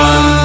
One